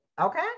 Okay